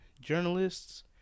journalists